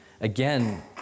again